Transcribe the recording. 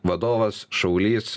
vadovas šaulys